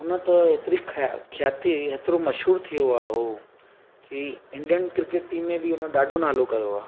हुन त एतिरी ख्या ख्याति हेतिरो मशहूरु थी वियो आहे उहो की इंडियन क्रिकेट टीम में बि हुन ॾाढो नालो कयो आहे